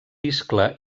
iscle